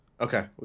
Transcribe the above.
okay